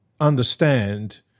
understand